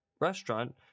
restaurant